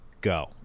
go